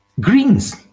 greens